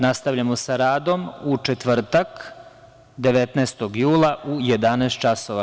Nastavljamo sa radom u četvrtak, 19. jula, u 11.00 časova.